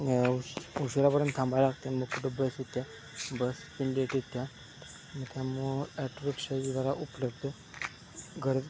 उश उशापर्यंत थांबाय लागते मग कुठं बस येत्या बस पिंडे त्यामुळं ॲटो रिक्षाद्वारा उपलब्ध घर